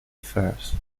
affairs